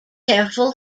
careful